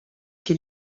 che